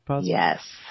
Yes